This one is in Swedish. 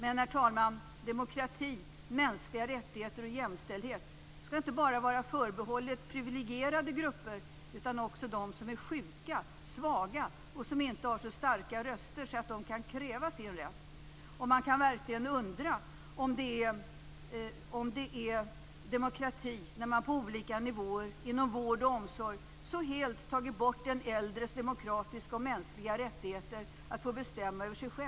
Men, herr talman, demokrati, mänskliga rättigheter och jämställdhet skall inte bara vara förbehållet privilegierade grupper utan också gälla dem som är sjuka och svaga och som inte har så starka röster att de kräva sin rätt. Man kan verkligen undra om det är demokrati när man på olika nivåer inom vård och omsorg så helt har tagit bort de äldres demokratiska och mänskliga rättigheter att få bestämma över sig själva.